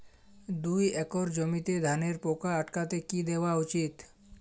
দুই একর জমিতে ধানের পোকা আটকাতে কি দেওয়া উচিৎ?